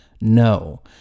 No